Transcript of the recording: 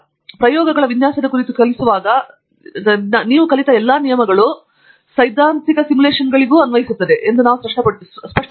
ಅದೇ ನಿಯಮಗಳು ನಾವು ಪ್ರಯೋಗಗಳ ವಿನ್ಯಾಸದ ಕುರಿತು ಕಲಿಸುವಾಗ ನೀವು ಕಲಿಯುವ ಎಲ್ಲಾ ನಿಯಮಗಳು ಅಥವಾ ಪ್ರಯೋಗಗಳ ವಿನ್ಯಾಸದಲ್ಲಿ ನೀವು ಕಲಿಯುವ ಸಿದ್ಧಾಂತವು ಸಿಮ್ಯುಲೇಶನ್ಗಳಿಗೆ ಸಮನಾಗಿ ಅನ್ವಯಿಸುತ್ತದೆ ಎಂದು ನಾವು ಸ್ಪಷ್ಟಪಡಿಸುತ್ತೇವೆ